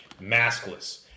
Maskless